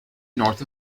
north